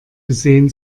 gesehen